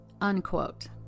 unquote